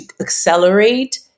accelerate